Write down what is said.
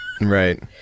Right